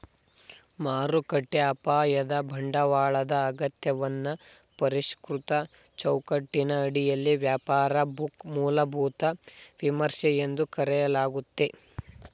ಮಾರುಕಟ್ಟೆ ಅಪಾಯದ ಬಂಡವಾಳದ ಅಗತ್ಯವನ್ನ ಪರಿಷ್ಕೃತ ಚೌಕಟ್ಟಿನ ಅಡಿಯಲ್ಲಿ ವ್ಯಾಪಾರ ಬುಕ್ ಮೂಲಭೂತ ವಿಮರ್ಶೆ ಎಂದು ಕರೆಯಲಾಗುತ್ತೆ